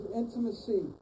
intimacy